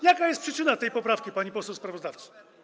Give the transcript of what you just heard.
Jaka jest przyczyna tej poprawki, pani poseł sprawozdawco?